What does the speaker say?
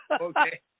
Okay